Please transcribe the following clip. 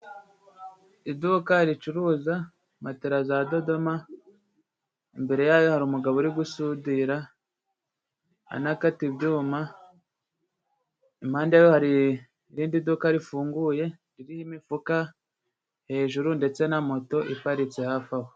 Iduka ricuruza matera za Dodoma, imbere yayo hari umugabo uri gusudira anakata ibyuma, impande ye hari irindi duka rifunguye riri ho imifuka hejuru, ndetse na moto iparitse hafi aho.